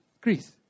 Greece